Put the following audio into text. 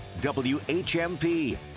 WHMP